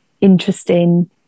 interesting